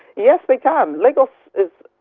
yes, they can. lagos is,